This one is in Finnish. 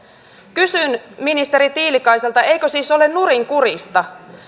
kysyn ministeri tiilikaiselta eikö siis ole nurinkurista